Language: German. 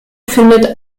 findet